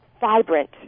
vibrant